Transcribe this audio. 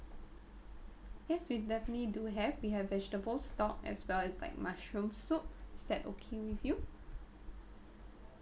yes we definitely do have we have vegetable stock as well as like mushroom soup is that okay with you